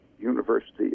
University